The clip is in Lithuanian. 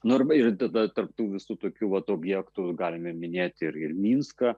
nu ir tada tarp tų visų tokių vat objektų galime minėti ir minską